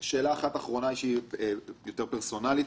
2018,